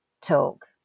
talk